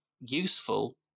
useful